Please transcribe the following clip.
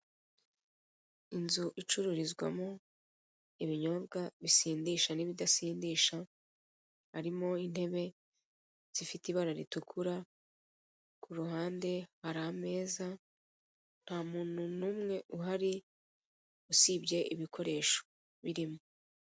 Inzu icururizwamo ibinyobwa bisindisha n'ibidasindisha, harimo intebe zifite ibara ritukura, kuruhande hari ameza, nta muntu numwe uhari usibye ibikoresho birimo.